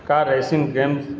car racing games